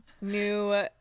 New